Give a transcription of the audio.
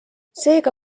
seega